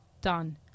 Done